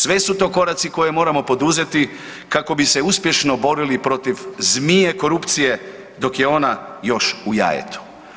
Sve su to koraci koje moramo poduzeti kako bi se uspješno borili protiv zmije korupcije dok je ona još u jajetu.